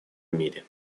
мире